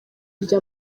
rya